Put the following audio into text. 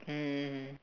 mm